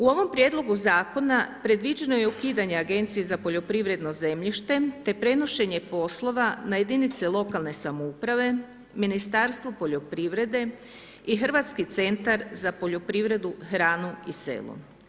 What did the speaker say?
U ovom prijedlogu zakona predviđeno je ukidanje Agencije za poljoprivredno zemljište te prenošenje poslova na jedinice lokalne samouprave, Ministarstvo poljoprivrede i Hrvatski centar za poljoprivredu, hranu i selo.